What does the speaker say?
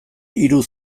hiru